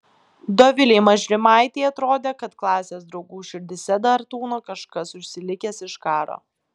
dovilei mažrimaitei atrodė kad klasės draugų širdyse dar tūno kažkas užsilikęs iš karo